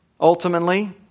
ultimately